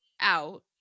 out